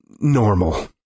normal